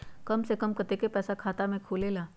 कम से कम कतेइक पैसा में खाता खुलेला?